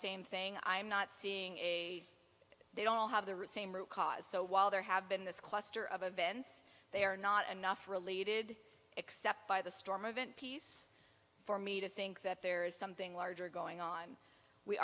same thing i'm not seeing a they don't all have the same root cause so while there have been this cluster of events they are not enough related except by the storm event piece for me to think that there is something larger going on we